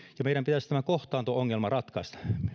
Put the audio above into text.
ja meidän pitäisi tämä kohtaanto ongelma ratkaista